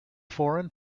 foreign